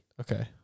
Okay